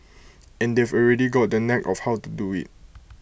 and they've already got the knack of how to do IT